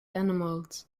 animals